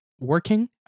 working